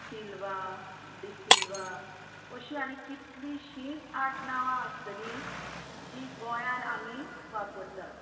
Silva D'Silva अशीं आनी कितलींशींच आडनांवां आसतलीं जीं गोंयान आमी वापरतात